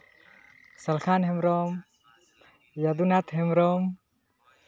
ᱥᱟᱞᱠᱷᱟᱱ ᱦᱮᱢᱵᱨᱚᱢ ᱡᱚᱫᱩᱱᱟᱛᱷ ᱦᱮᱢᱵᱨᱚᱢ